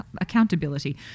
Accountability